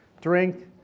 drink